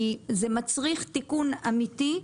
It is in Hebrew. זה מצריך תיקון אמיתי,